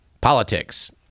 Politics